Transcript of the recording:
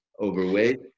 overweight